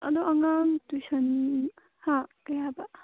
ꯑꯗꯣ ꯑꯉꯥꯡ ꯇ꯭ꯌꯨꯁꯟ ꯍꯥ ꯀꯔꯤ ꯍꯥꯏꯕ